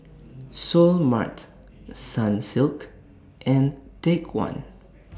Seoul Mart Sunsilk and Take one